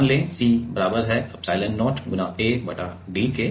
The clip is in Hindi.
मान लें कि C बराबर है एप्सिलोन0 A बटा d के